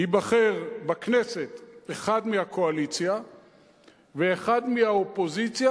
ייבחר בכנסת אחד מהקואליציה ואחד מהאופוזיציה,